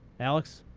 alex?